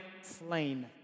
slain